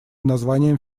названием